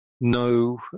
no